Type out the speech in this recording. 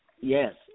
Yes